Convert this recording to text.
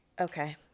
Okay